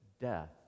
death